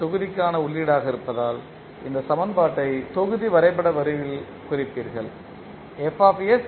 தொகுதிக்கான உள்ளீடாக இருப்பதால் இந்த சமன்பாட்டை தொகுதி வரைபட வடிவில் குறிப்பீர்கள்